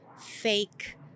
fake